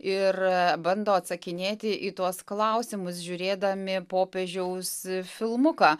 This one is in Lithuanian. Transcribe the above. ir bando atsakinėti į tuos klausimus žiūrėdami popiežiaus filmuką